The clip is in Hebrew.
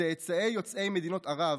צאצאי יוצאי מדינות ערב,